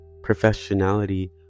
professionality